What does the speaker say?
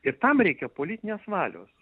ir tam reikia politinės valios